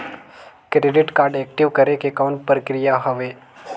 Credit card active करे के कौन प्रक्रिया हवे?